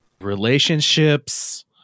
Relationships